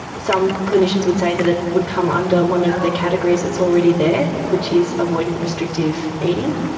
some clinicians would say that it would come under one of the categories that's already there, which is avoidant restrictive eating.